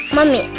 Mommy